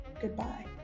goodbye